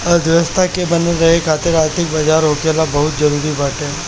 अर्थव्यवस्था के बनल रहे खातिर आर्थिक बाजार होखल बहुते जरुरी बाटे